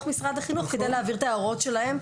משרד החינוך כדי להעביר את ההערות שלהם.